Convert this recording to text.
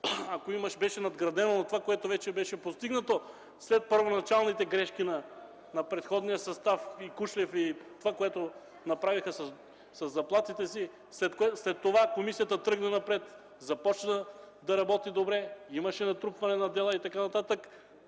ако беше надградено над това, което вече беше постигнато след първоначалните грешки на предходния състав – и Кушлев, и това, което направиха със заплатите си. След това комисията тръгна напред – започна да работи добре, имаше натрупване на дела и така нататък,